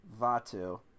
Vatu